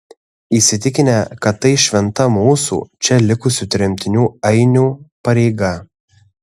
įsitikinę kad tai šventa mūsų čia likusių tremtinių ainių pareiga